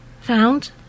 found